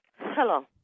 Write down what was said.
Hello